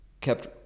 kept